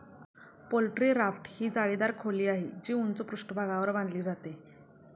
poultry raft ही जाळीदार खोली आहे, जी उंच पृष्ठभागावर बांधली जाते